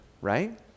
right